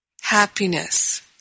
happiness